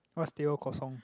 what's Teh-O Kosong